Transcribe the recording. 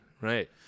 Right